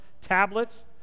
tablets